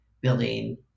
building